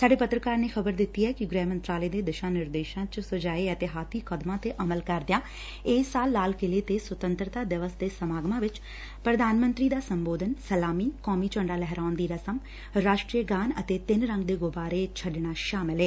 ਸਾਡੇ ਪੱਤਰਕਾਰ ਨੇ ਖ਼ਬਰ ਦਿੱਤੀ ਐ ਕਿ ਗ੍ਹਿ ਮੰਤਰਾਲੇ ਦੇ ਦਿਸ਼ਾ ਨਿਰਦੇਸ਼ਾਂ ਚ ਸੁਝਾਏ ਅਹਤਿਆਤੀ ਕਦਮਾਂ ਤੇ ਅਮਲ ਕਰਦਿਆਂ ਇਸ ਸਾਲ ਲਾਲ ਕਿਲ੍ਜੇ ਤੇ ਸੁਤੰਤਰਤਾ ਦਿਵਸ ਦੇ ਸਮਾਗਮਾਂ ਵਿਚ ਪ੍ਰਧਾਨ ਮੰਤਰੀ ਦਾ ਸੰਬੋਧਨ ਸਲਾਮੀ ਕੌਮੀ ਝੰਡਾ ਲਹਿਰਾਉਣ ਦੀ ਰਸਮ ਰਾਸ਼ਟਰੀ ਗੀਤ ਅਤੇ ਤਿੰਨ ਰੰਗ ਦੇ ਗੁਬਾਰੇ ਛੱਡਣਾ ਸ਼ਾਮਲ ਏ